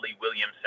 Williamson